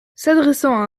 s’adressant